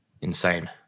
insane